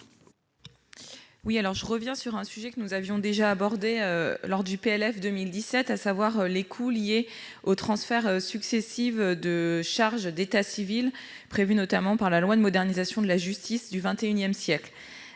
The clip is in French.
Lavarde. Je reviens sur un sujet déjà abordé lors de l'examen du PLF pour 2017, à savoir les coûts liés aux transferts successifs de charges d'état civil prévus notamment par la loi de modernisation de la justice du XXI siècle.